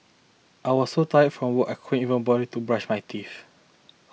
I was so tired from work I could even bother to brush my teeth